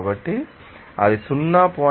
కాబట్టి అది 0